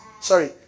sorry